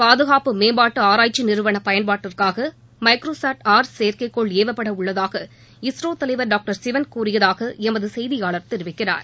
பாதுகாப்பு மேம்பாட்டு ஆராய்ச்சி நிறுவன பயன்பாட்டிற்காக மைக்ரோசாட் ஆர் செயற்கைகோள் ஏவப்பட உள்ளதாக இஸ்ரோ தலைவர் டாக்டர் சிவன் கூறியதாக எமது செய்தியாளர் தெரிவிக்கிறார்